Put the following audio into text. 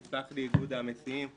יסלח לי איגוד המסיעים,